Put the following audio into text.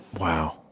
wow